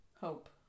Hope